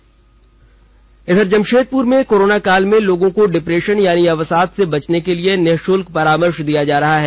special story Jamshedpur Jamshedpur में corona काल में लोगों को डिप्रेशन यानी अवसाद से बचने के लिए निःशुल्क परामर्श दिया जा रहा है